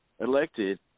elected